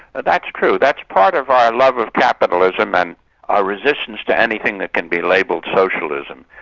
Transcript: that's true. that's part of our love of capitalism and our resistance to anything that can be labelled socialism.